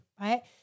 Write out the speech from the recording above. right